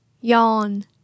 Yawn